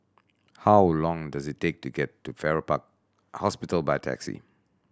how long does it take to get to Farrer Park Hospital by taxi